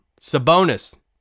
Sabonis